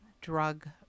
drug